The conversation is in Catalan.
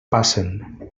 passen